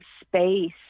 space